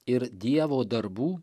ir dievo darbų